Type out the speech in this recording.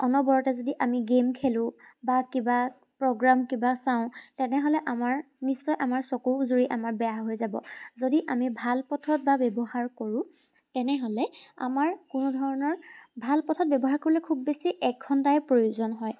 অনবৰতে আমি যদি গেইম খেলোঁ বা কিবা প্ৰগ্ৰাম কিবা চাওঁ তেনেহ'লে আমাৰ নিশ্চয় আমাৰ চকুযোৰী আমাৰ বেয়া হৈ যাব যদি আমি ভাল পথত বা ব্যৱহাৰ কৰোঁ তেনেহ'লে আমাৰ কোনোধৰণৰ ভাল পথত ব্যৱহাৰ কৰিলে খুব বেছি এক ঘণ্টাই প্ৰয়োজন হয়